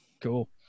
cool